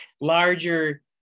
larger